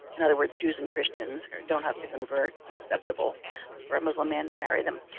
in other words, jews and christians don't have to convert. it's acceptable for a muslim man to marry them.